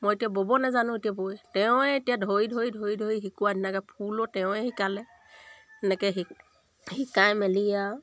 মই এতিয়া ব'ব নাজানো এতিয়া বৈ তেৱে এতিয়া ধৰি ধৰি ধৰি ধৰি শিকোৱা তেনেকৈ ফুলো তেওঁ শিকালে এনেকৈ শিক শিকাই মেলি আৰু